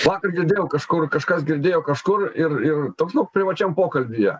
vakar girdėjau kažkur kažkas girdėjo kažkur ir ir toks nu privačiam pokalbyje